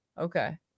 Okay